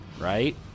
right